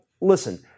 Listen